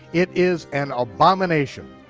it is an abomination.